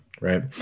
right